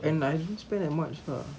and I didn't spend that much lah